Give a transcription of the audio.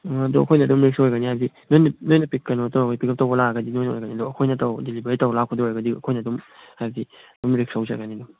ꯑꯗꯣ ꯑꯩꯈꯣꯏꯅ ꯑꯗꯨꯝ ꯔꯤꯛꯁ ꯑꯣꯏꯒꯅꯤ ꯍꯥꯏꯗꯤ ꯅꯣꯏꯅ ꯀꯩꯅꯣ ꯇꯧꯔꯒꯗꯤ ꯄꯤꯛꯑꯞ ꯇꯧꯕ ꯂꯥꯛꯑꯒꯗꯤ ꯅꯣꯏꯅ ꯑꯣꯏꯒꯅꯤ ꯑꯗꯣ ꯑꯩꯈꯣꯏꯅ ꯇꯧꯔꯗꯤ ꯗꯦꯂꯤꯕꯔꯤ ꯇꯧ ꯂꯥꯛꯄꯗ ꯑꯣꯏꯔꯒꯗꯤ ꯑꯩꯈꯣꯏꯅ ꯑꯗꯨꯝ ꯍꯥꯏꯗꯤ ꯑꯗꯨꯝ ꯔꯤꯛꯁ ꯂꯧꯖꯒꯅꯤ ꯑꯗꯨꯝ